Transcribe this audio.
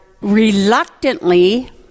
reluctantly